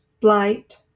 blight